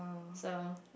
so